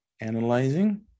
Analyzing